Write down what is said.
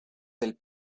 del